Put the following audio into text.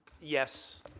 Yes